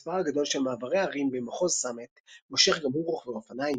המספר הגדול של מעברי הרים במחוז סאמט מושך גם הוא רוכבי אופניים.